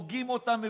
הורגים אותם מבפנים,